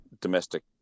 domestic